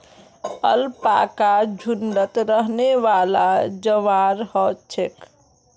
alpaca झुण्डत रहनेवाला जंवार ह छे